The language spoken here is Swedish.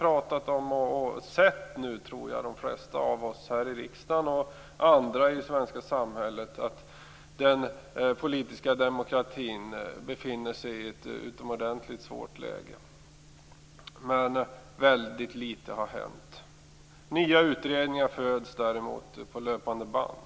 Jag tror att de flesta av oss här i riksdagen och andra i det svenska samhället har märkt att den politiska demokratin befinner sig i ett utomordentligt svårt läge, men väldigt litet har hänt. Nya utredningar föds däremot på löpande band.